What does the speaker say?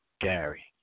Gary